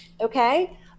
okay